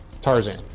Tarzan